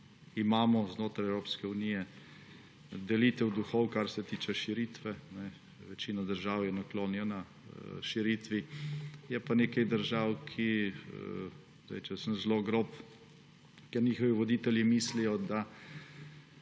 srce, znotraj Evropske unije imamo delitev duhov, kar se tiče širitve. Večina držav je naklonjena širitvi, je pa nekaj držav, ki, če sem zelo grob, njihovi voditelji mislijo, da